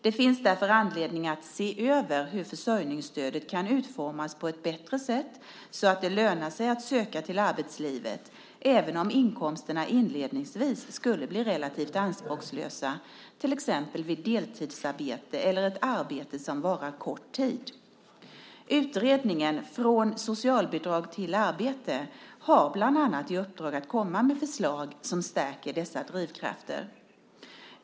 Det finns därför anledning att se över hur försörjningsstödet kan utformas på ett bättre sätt så att det lönar sig att söka sig till arbetslivet även om inkomsterna inledningsvis skulle bli relativt anspråkslösa, till exempel vid deltidsarbete eller ett arbete som varar kort tid. Utredningen Från socialbidrag till arbete har bland annat i uppdrag att komma med förslag som stärker dessa drivkrafter.